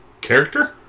Character